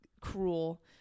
cruel